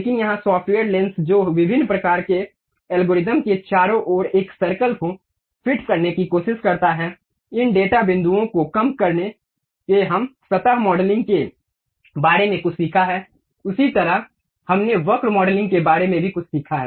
लेकिन यहां software lens जो विभिन्न प्रकार के एल्गोरिदम के चारों ओर एक सर्कल को फिट करने की कोशिश करता है इन डेटा बिंदुओं को कम करके हमने सतह मॉडलिंग के बारे में कुछ सीखा है उसी तरह हमने वक्र मॉडलिंग के बारे में भी कुछ सीखा है